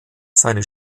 seine